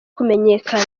kumenyekana